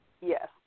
Yes